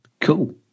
Cool